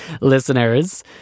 listeners